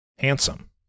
Handsome